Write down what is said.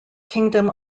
kingdom